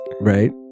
right